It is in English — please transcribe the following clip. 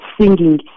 singing